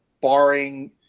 barring